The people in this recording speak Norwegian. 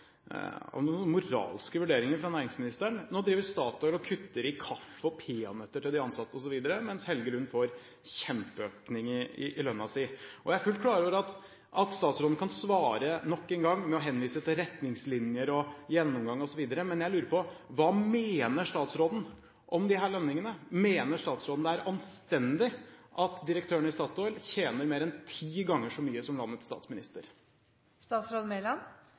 noen moralske vurderinger fra næringsministeren. Nå driver Statoil og kutter i kaffe og peanøtter til de ansatte osv., mens Helge Lund får kjempeøkning i lønnen sin. Jeg er fullt klar over at statsråden nok en gang kan svare med å henvise til retningslinjer og gjennomgang osv., men jeg lurer på: Hva mener statsråden om disse lønningene? Mener statsråden at det er anstendig at direktøren i Statoil tjener mer enn ti ganger så mye som landets